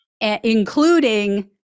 including